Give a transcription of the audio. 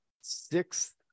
sixth